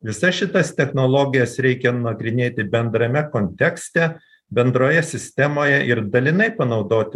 visas šitas technologijas reikia nagrinėti bendrame kontekste bendroje sistemoje ir dalinai panaudot